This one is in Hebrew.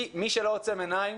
מי שלא עוצם עיניים